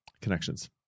connections